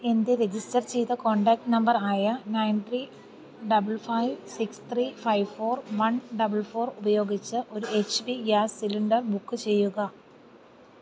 എൻ്റെ രജിസ്റ്റർ ചെയ്ത contact number ആയ nine three double five six three five four one double four ഉപയോഗിച്ച് ഒര് H P gas cylinder book ചെയ്യുക